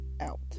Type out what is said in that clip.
out